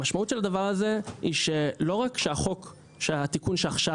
המשמעות של הדבר הזה היא לא רק שהתיקון שעכשיו